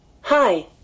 hi